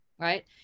Right